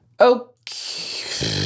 Okay